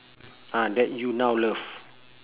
ah that you now love